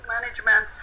management